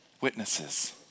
witnesses